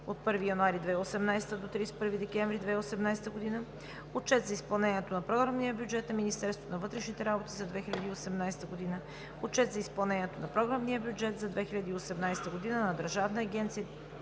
от 1 януари 2018 г. до 31 декември 2018 г. Отчет за програмния бюджет на Министерството на вътрешните работи за 2018 г. Отчет за изпълнението на програмния бюджет за 2018 г. на Държавна агенция